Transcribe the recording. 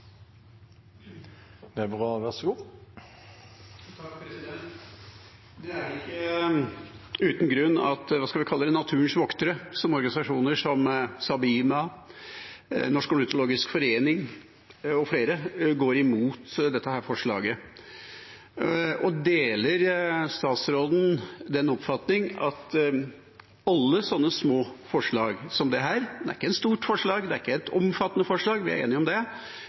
ikke uten grunn at – hva skal vi kalle det – naturens voktere, slik som organisasjoner som SABIMA, Norsk Ornitologisk Forening og flere, går imot dette forslaget. Deler statsråden den oppfatningen at alle slike små forslag som dette – det er ikke et stort forslag, ikke et omfattende forslag, vi er enige om det